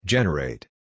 Generate